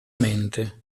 mente